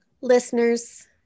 Listeners